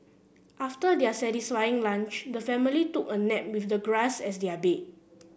after their satisfying lunch the family took a nap with the grass as their bed